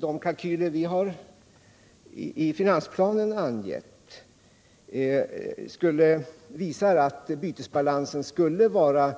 De kalkyler vi gjort i finansplanen visar att bytesbalansen skulle vara